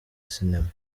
sinema